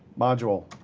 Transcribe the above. module.